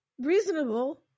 reasonable